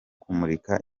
kumurika